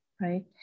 right